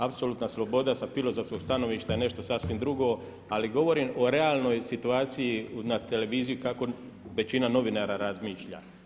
Apsolutna sloboda sa filozofskog stanovišta je nešto sasvim drugo, ali govorim o realnoj situaciji na televiziji kako većina novinara razmišlja.